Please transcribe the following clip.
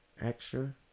extra